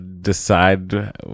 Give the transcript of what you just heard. decide